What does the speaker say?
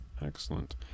Excellent